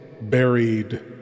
Buried